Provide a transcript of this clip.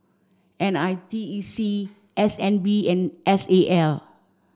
N I T E C S N B and S A L